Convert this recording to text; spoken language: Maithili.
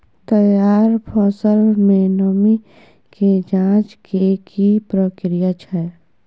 तैयार फसल में नमी के ज जॉंच के की प्रक्रिया छै?